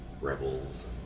Rebels